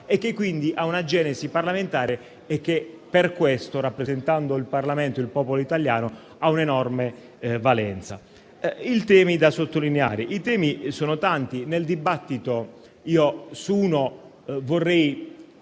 e quindi ha una genesi parlamentare e per questo, rappresentando il Parlamento il popolo italiano, ha un'enorme valenza. I temi da sottolineare sono tanti. Nel dibattito, su uno in